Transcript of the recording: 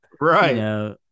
Right